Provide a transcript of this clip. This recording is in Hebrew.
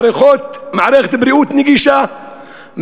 מערכת בריאות נגישה,